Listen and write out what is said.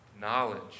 Knowledge